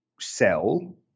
sell